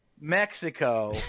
Mexico